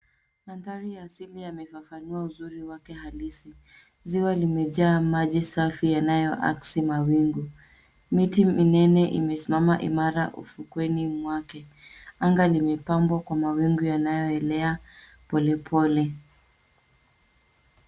Mandhari ya asili yamefafanua uzuri wake halisi. Ziwa limejaa maji safi yanayoakisi mawingu. Miti minene imesimama imara ufukueni mwake. Anga limepambwa kwa mawingu yanayoelea polepole.